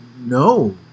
no